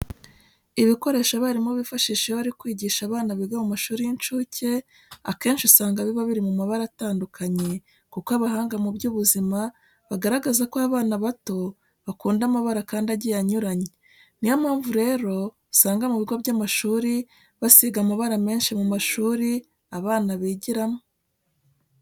Ibikoresho abarimu bifashisha iyo bari kwigisha abana biga mu mashuri y'incuke, akenshi usanga biba biri mu mabara atandukanye kuko abahanga mu by'ubuzima bagaragaza ko abana bato bakunda amabara kandi agiye anyuranye. Niyo mpamvu rero usanga mu bigo by'amashuri basiga amabara menshi mu mashuri aba bana bigiramo.